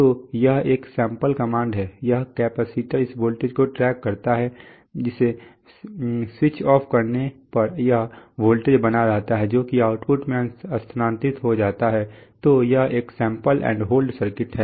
तो यह एक सैंपल कमांड है यह कैपेसिटर इस वोल्टेज को ट्रैक करता है इसे स्विच ऑफ करने पर यह वोल्टेज बना रहता है जोकि आउटपुट में स्थानांतरित हो जाता है तो यह एक सैंपल एंड होल्ड सर्किट है